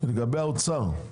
לגבי האוצר,